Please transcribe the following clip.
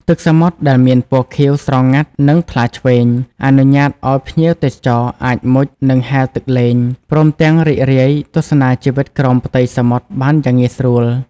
ទឹកសមុទ្រដែលមានពណ៌ខៀវស្រងាត់ និង ថ្លាឈ្វេង អនុញ្ញាតឲ្យភ្ញៀវទេសចរអាចមុជ និង ហែលទឹកលេង ព្រមទាំងរីករាយទស្សនាជីវិតក្រោមផ្ទៃសមុទ្របានយ៉ាងងាយស្រួល។